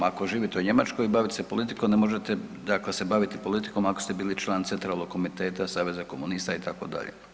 Ako živite u Njemačkoj baviti se politikom ne možete dakle se baviti politikom ako ste bili član Centralnog komiteta Saveza komunista itd.